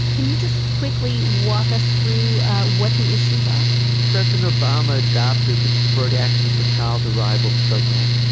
can you just quickly walk us through what the issues are president obama adopted the deferred action for child arrival program.